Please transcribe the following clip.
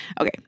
Okay